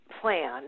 plan